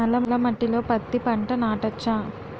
నల్ల మట్టిలో పత్తి పంట నాటచ్చా?